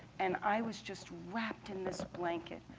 and i was just wrapped in this blanket.